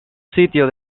sitio